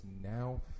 now